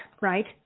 right